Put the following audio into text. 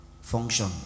function